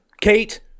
Kate